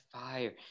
fire